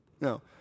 No